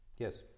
Yes